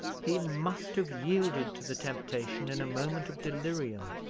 he must have yielded to the temptation in a moment of delirium,